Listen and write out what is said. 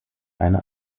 eine